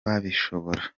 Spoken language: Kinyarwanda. babishobora